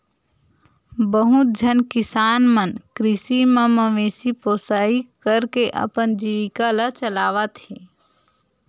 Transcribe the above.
बहुत झन किसान मन कृषि म मवेशी पोसई करके अपन जीविका ल चलावत हे